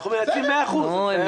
אנחנו מנצלים 100%. בסדר.